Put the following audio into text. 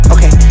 Okay